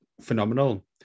phenomenal